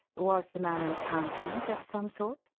was the man an accountant of some sort?